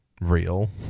real